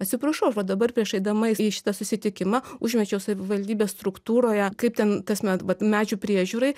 atsiprašau va dabar prieš eidama į šitą susitikimą užmečiau savivaldybės struktūroje kaip ten kasmet vat medžių priežiūrai